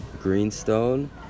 Greenstone